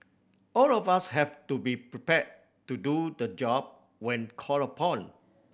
all of us have to be prepared to do the job when called upon